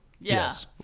Yes